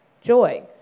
joy